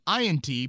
INT